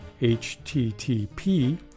HTTP